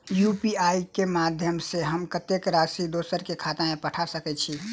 UPI केँ माध्यम सँ हम कत्तेक राशि दोसर केँ खाता मे पठा सकैत छी?